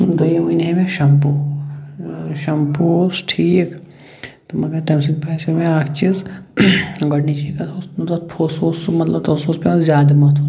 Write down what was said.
دوٚیِم انے مےٚ شمپوٗ شمپوٗ اوس ٹھیٖک تہٕ مگر تَمہِ سۭتۍ باسیو مےٚ اَکھ چیٖز گۄڈنِچی کَتھ اوس نہٕ تتھ پھوٚس ووٚس سُہ مطلب تَتھ اوس پٮ۪وان زیادٕ متھُن